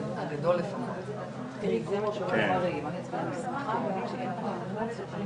איזה השבחה עשיתי לנכס אם במקום דירה פתחתי